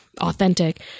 authentic